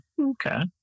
Okay